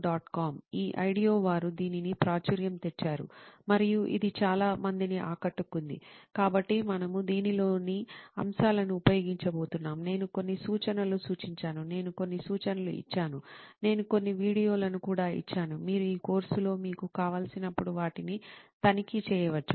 com ఈ IDEO వారు దీనిని ప్రాచుర్యం తెచ్చారు మరియు ఇది చాలా మందిని ఆకట్టుకుంది కాబట్టి మనము దీనిలోని అంశాలను ఉపయోగించబోతున్నాం నేను కొన్ని సూచనలు సూచించాను నేను కొన్ని సూచనలు ఇచ్చాను నేను కొన్ని వీడియోలను కూడా ఇచ్చాను మీరు ఈ కోర్సులో మీకు కావలసినప్పుడు వాటిని తనిఖీ చేయవచ్చు